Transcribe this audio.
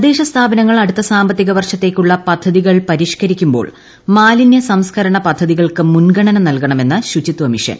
തദ്ദേശ സ്ഥാപനങ്ങൾ അടു്ത്ത സാമ്പത്തിക ന് വർഷത്തേയ്ക്കുള്ള് പ്പദ്ധതികൾ പരിഷ്ക്കരിക്കുമ്പോൾ മാലിന്യ സംസ്ക്കരണ് പദ്ധതികൾക്ക് മുൻഗണന നൽകണമെന്ന് ശ്രുചിത്വമിഷൻ